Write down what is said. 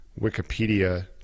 Wikipedia